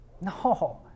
No